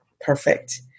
Perfect